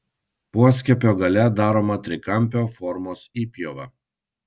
poskiepio gale daroma trikampio formos įpjova